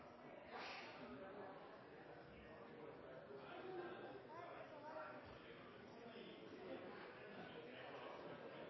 Men de